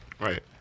right